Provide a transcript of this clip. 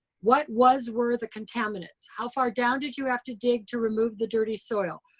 what was were the contaminants? how far down did you have to dig to remove the dirty soil?